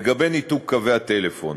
לגבי ניתוק קווי הטלפון,